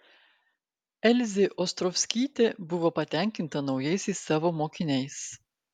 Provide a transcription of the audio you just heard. elzė ostrovskytė buvo patenkinta naujaisiais savo mokiniais